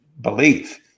belief